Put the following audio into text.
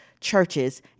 churches